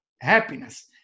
happiness